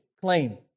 claim